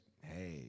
hey